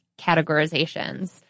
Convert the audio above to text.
categorizations